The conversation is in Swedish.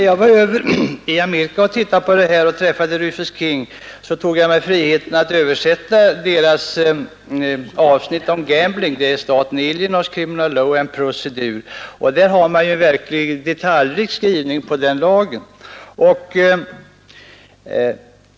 Då jag var över i Amerika för att studera problemet där och tog del av Rufus King's rapport, tog jag mig friheten att översätta avsnittet om ”gambling” ur staten Illinois criminal law and procedur; den lagen är verkligen detaljerat skriven.